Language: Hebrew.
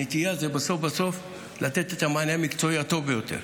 בסוף בסוף הנטייה היא לתת את המענה המקצועי הטוב ביותר.